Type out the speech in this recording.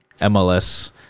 mls